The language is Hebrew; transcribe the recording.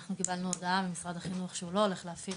אנחנו קיבלנו הודעה ממשרד החינוך שהוא לא הולך להפעיל